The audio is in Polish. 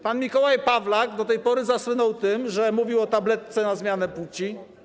Pan Mikołaj Pawlak do tej pory zasłynął tym, że mówił o tabletce na zmianę płci.